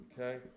Okay